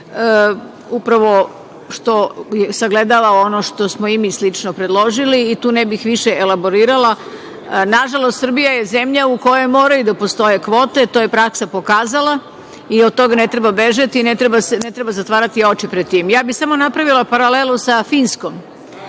upravo što sagledava ono što smo i mi slično predložili i tu ne bih više elaborirala. Nažalost, Srbija je zemlja u kojoj moraju da postoje kvote i to je praksa pokazala. Od toga ne treba bežati i ne treba zatvarati oči pred tim. Ja bih samo napravila paralelu sa Finskom.